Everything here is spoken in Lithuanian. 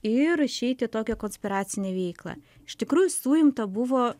ir išeiti į tokią konspiracinę veiklą iš tikrųjų suimta buvo